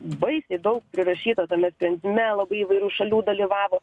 baisiai daug prirašyta tame sprendime labai įvairių šalių dalyvavo